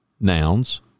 nouns